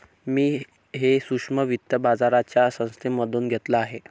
मी हे सूक्ष्म वित्त बाजाराच्या संस्थेमधून घेतलं आहे